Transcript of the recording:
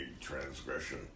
transgression